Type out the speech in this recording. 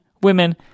women